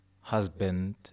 husband